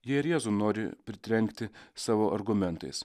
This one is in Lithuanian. jei jėzų nori pritrenkti savo argumentais